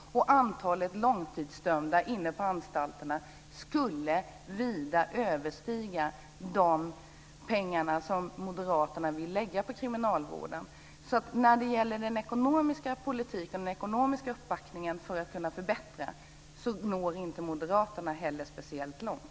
Dessutom skulle antalet långtidsdömda inne på anstalterna vida överstiga de belopp som moderaterna vill lägga på kriminalvården. När det gäller den ekonomiska politiken och den ekonomiska uppbackningen för att kunna åstadkomma en förbättring når alltså inte heller moderaterna speciellt långt.